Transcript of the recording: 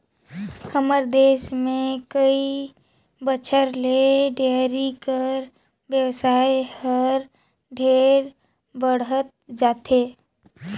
हमर देस में कई बच्छर ले डेयरी कर बेवसाय हर ढेरे बढ़हत जाथे